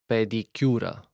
Pedicura